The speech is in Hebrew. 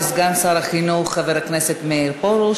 תודה רבה לסגן שר החינוך חבר הכנסת מאיר פרוש.